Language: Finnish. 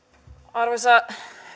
arvoisa